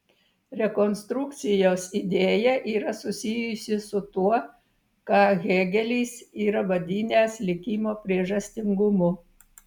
rekonstrukcijos idėja yra susijusi su tuo ką hėgelis yra vadinęs likimo priežastingumu